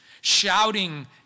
shouting